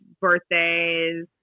birthdays